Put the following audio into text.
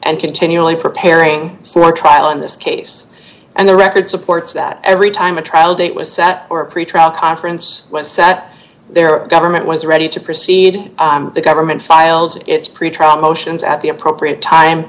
and continually preparing for trial in this case and the record supports that every time a trial date was set or a pretrial conference was sat there a government was ready to proceed the government filed its pretrial motions at the appropriate time